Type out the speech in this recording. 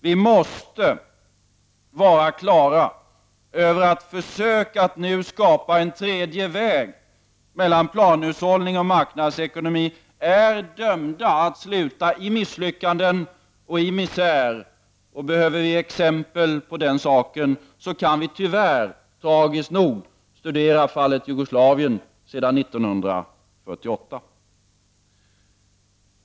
Vi måste vara på det klara med att försök att nu skapa en tredje väg mellan planhushållning och marknadsekonomi är dömda att sluta i misslyckanden och misär. Behöver vi ge exempel på den saken kan vi tragiskt nog studera fallet Jugoslavien sedan år 1948.